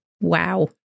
Wow